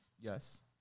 Yes